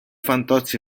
fantozzi